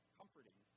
comforting